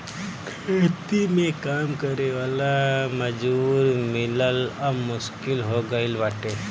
खेती में काम करे वाला मजूर मिलल अब मुश्किल हो गईल बाटे